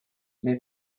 may